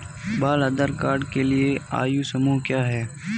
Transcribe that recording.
बाल आधार कार्ड के लिए आयु समूह क्या है?